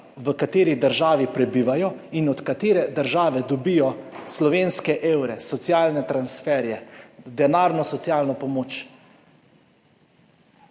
v kateri prebivajo, in od katere države dobijo slovenske evre, socialne transferje, denarno socialno pomoč,